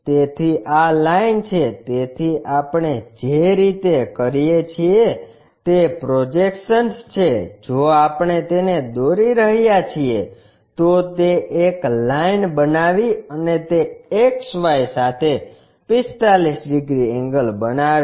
તેથી આ લાઇન છે તેથી આપણે જે રીતે કરીએ છીએ તે પ્રોજેક્શન છે જો આપણે તેને દોરી રહ્યા છીએ તો તે એક લાઈન બનાવી અને તે XY સાથે 45 ડિગ્રી એંગલ બનાવે છે